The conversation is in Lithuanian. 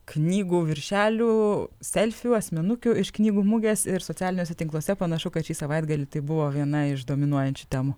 knygų viršelių selfių asmenukių iš knygų mugės ir socialiniuose tinkluose panašu kad šį savaitgalį tai buvo viena iš dominuojančių temų